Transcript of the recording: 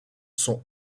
sont